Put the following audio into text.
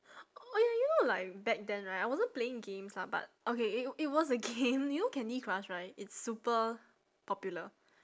oh ya you know like back then right I wasn't playing games lah but okay it it was a game you know Candy Crush right it's super popular